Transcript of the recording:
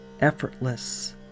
effortless